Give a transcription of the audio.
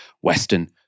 Western